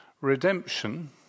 Redemption